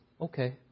okay